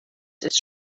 ist